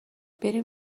بریم